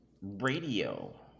radio